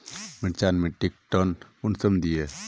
मिर्चान मिट्टीक टन कुंसम दिए?